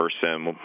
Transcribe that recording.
person